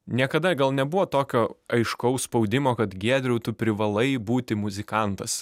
niekada gal nebuvo tokio aiškaus spaudimo kad giedriau tu privalai būti muzikantas